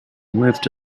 moved